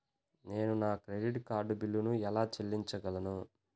నేను నా credit card బిల్లును ఎలా చెల్లించగలను?